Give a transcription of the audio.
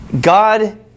God